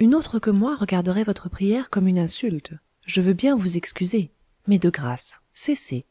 une autre que moi regarderait votre prière comme une insulte je veux bien vous excuser mais de grâce cessez